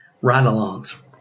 Ride-alongs